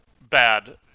bad